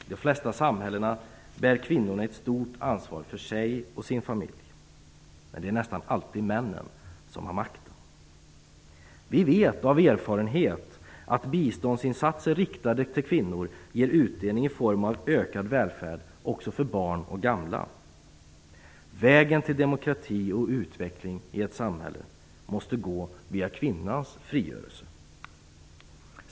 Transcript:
I de flesta samhällen bär kvinnor ett stort ansvar för sig och sin familj, men det är nästan alltid männen som har makten. Vi vet av erfarenhet att biståndsinsatser riktade till kvinnor ger utdelning i form av ökad välfärd också för barn och gamla. Vägen till demokrati och utveckling i ett samhälle måste gå via kvinnans frigörelse.